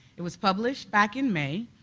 it was published back in may.